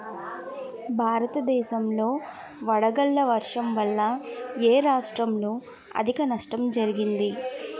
భారతదేశం లో వడగళ్ల వర్షం వల్ల ఎ రాష్ట్రంలో అధిక నష్టం జరిగింది?